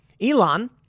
Elon